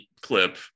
clip